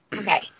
Okay